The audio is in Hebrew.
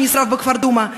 שנשרף בכפר דומא,